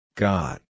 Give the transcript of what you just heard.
God